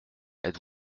êtes